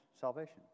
salvation